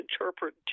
interpret